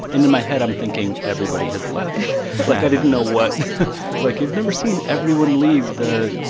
in in my head, i'm thinking everybody has left like i didn't know what like you've never seen everyone leave the,